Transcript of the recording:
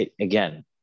again